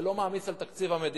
זה לא מעמיס על תקציב המדינה,